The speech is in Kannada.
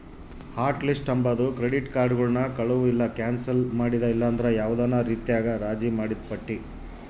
ಹಾಟ್ ಲಿಸ್ಟ್ ಅಂಬಾದು ಕ್ರೆಡಿಟ್ ಕಾರ್ಡುಗುಳ್ನ ಕಳುವು ಇಲ್ಲ ಕ್ಯಾನ್ಸಲ್ ಮಾಡಿದ ಇಲ್ಲಂದ್ರ ಯಾವ್ದನ ರೀತ್ಯಾಗ ರಾಜಿ ಮಾಡಿದ್ ಪಟ್ಟಿ